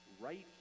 right